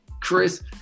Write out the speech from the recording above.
Chris